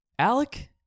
Alec